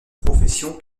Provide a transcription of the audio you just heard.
profession